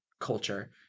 culture